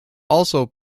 also